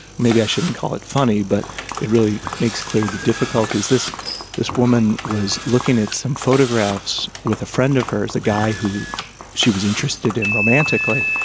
maybe i shouldn't call it funny, but it really makes clear the difficulties. this this woman was looking at some photographs with a friend of hers, a guy who she was interested in romantically.